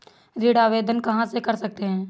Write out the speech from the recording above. ऋण आवेदन कहां से कर सकते हैं?